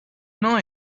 know